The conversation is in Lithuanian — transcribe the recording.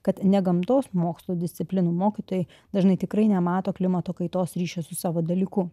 kad negamtos mokslų disciplinų mokytojai dažnai tikrai nemato klimato kaitos ryšio su savo dalyku